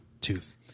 Tooth